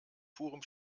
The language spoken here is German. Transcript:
purem